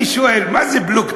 אני שואל: מה זה "פלוגתא"?